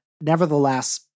nevertheless